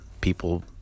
People